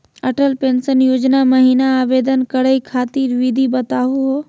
Atal pension Yojana महिना आवेदन करै खातिर विधि बताहु हो?